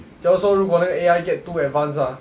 假如说如果那个 A_I get to advanced ah